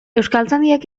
euskaltzaindiak